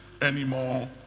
anymore